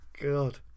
God